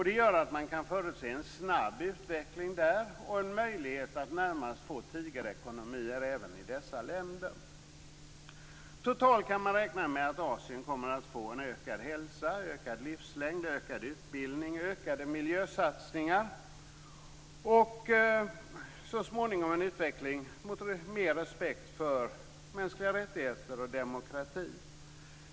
Det gör att man kan förutse en snabb utveckling där och en möjlighet att få närmast tigerekonomier även i dessa länder. Totalt kan man räkna med att Asien kommer att få ökad hälsa, ökad livslängd, ökad utbildning, ökade miljösatsningar och så småningom en utveckling mot mer respekt för mänskliga rättigheter och demokrati.